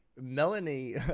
Melanie